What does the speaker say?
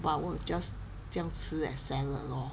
but 我 just 这样吃 as salad lor